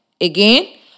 Again